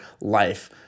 life